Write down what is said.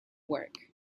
work